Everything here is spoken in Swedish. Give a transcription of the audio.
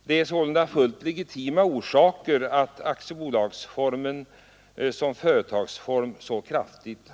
Det är sålunda fullt legitima orsaker som gjort att aktiebolagsformen har blivit så mycket vanligare.